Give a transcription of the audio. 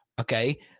okay